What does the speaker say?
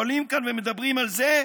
עולים כאן ומדברים על זה,